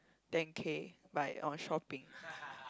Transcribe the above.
ten K by on shopping